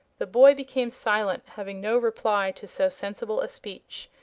the boy became silent, having no reply to so sensible a speech,